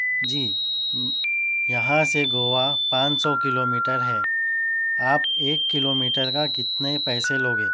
جی یہاں سے گووا پانچ سو کلو میٹر ہے آپ ایک کلو میٹر کا کتنے پیسے لوگے